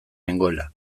nengoela